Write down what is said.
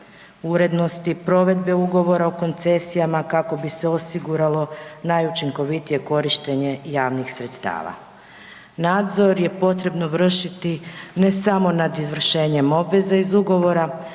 urednosti provedbe Ugovora o koncesijama kako bi se osiguralo najučinkovitije korištenje javnih sredstava. Nadzor je potrebno vršiti ne samo nad izvršenjem obveza iz ugovora